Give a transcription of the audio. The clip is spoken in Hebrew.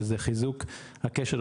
שזה חיזוק הקשר,